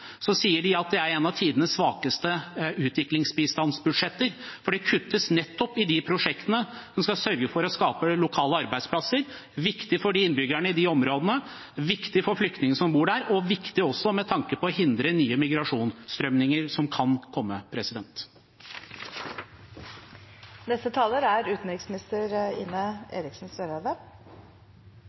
sier de at dette er et av tidenes svakeste utviklingsbistandsbudsjetter, for det kuttes nettopp i de prosjektene som skal sørge for å skape lokale arbeidsplasser, som er viktig for innbyggerne i de områdene, viktig for flyktningene som bor der, og viktig også med tanke på å hindre nye migrasjonstilstrømninger som kan komme.